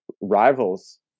rivals